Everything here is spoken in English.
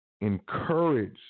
encourage